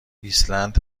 ایسلند